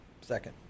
Second